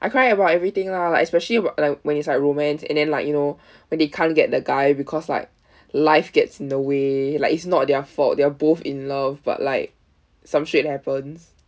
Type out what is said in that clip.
I cry about everything lah like especially w~ like when it's like romance and then like you know when they can't get the guy because like life gets in the way like it's not their fault they're both in love but like some shit happens